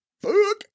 Fuck